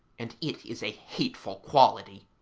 and it is a hateful quality